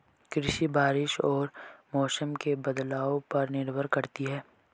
कृषि बारिश और मौसम के बदलाव पर निर्भर करती है